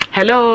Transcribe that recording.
Hello